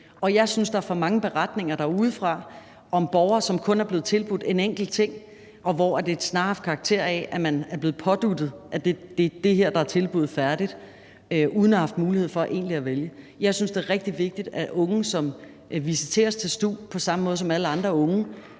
Og jeg synes, at der er for mange beretninger derudefra om borgere, som kun er blevet tilbudt en enkelt ting, og hvor det snarere har karakter af, at man er blevet påduttet, at det er det her, der er tilbuddet – færdig! – uden at have haft muligheden for egentlig at vælge. Jeg synes, det er rigtig vigtigt, at unge, som visiteres til stu, på samme måde som alle andre unge